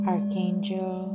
Archangel